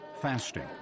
fasting